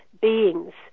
beings